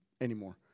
anymore